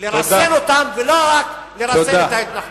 לרסן אותם ולא רק לרסן את ההתנחלות.